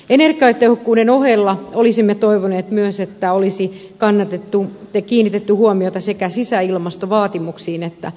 ei ne kai tehokkuuden ohella olisimme toivoneet myös että energiatehokkuuden ohella olisi kiinnitetty huomiota sekä sisäilmastovaatimuksiin että kustannustehokkuuteen